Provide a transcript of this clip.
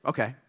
Okay